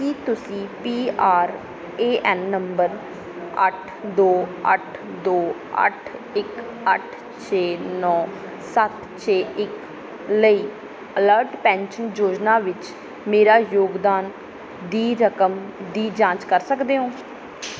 ਕੀ ਤੁਸੀਂ P R A N ਨੰਬਰ ਅੱਠ ਦੋ ਅੱਠ ਦੋ ਅੱਠ ਇੱਕ ਅੱਠ ਛੇ ਨੌਂ ਸੱਤ ਛੇ ਇੱਕ ਲਈ ਅਲਟ ਪੈਨਸ਼ਨ ਯੋਜਨਾ ਵਿੱਚ ਮੇਰਾ ਯੋਗਦਾਨ ਦੀ ਰਕਮ ਦੀ ਜਾਂਚ ਕਰ ਸਕਦੇ ਹੋ